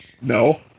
No